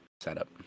setup